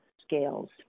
scales